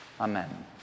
Amen